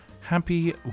Happy